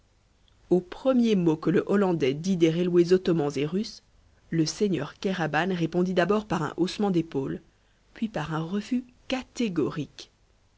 aux premiers mots que le hollandais dit des railways ottomans et russes le seigneur kéraban répondit d'abord par un haussement d'épaules puis par un refus catégorique